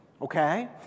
Okay